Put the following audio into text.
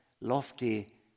lofty